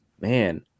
man